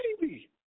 baby